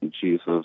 Jesus